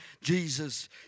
Jesus